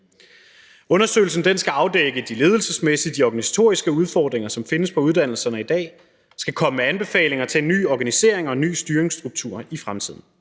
Undersøgelsen skal afdække de ledelsesmæssige og de organisatoriske udfordringer, som findes på uddannelserne i dag, og skal komme med anbefalinger til en ny organisering og en ny styringsstruktur i fremtiden,